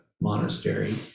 Monastery